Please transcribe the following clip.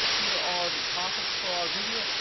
here are the topics for our video.